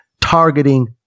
targeting